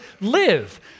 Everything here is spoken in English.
live